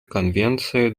конвенции